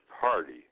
party